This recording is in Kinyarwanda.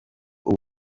ubu